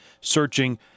searching